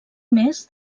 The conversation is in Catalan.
més